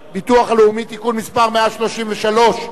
הלאומי (תיקון מס' 133) כמקשה אחת.